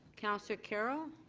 councillor carroll.